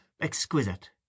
exquisite